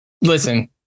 listen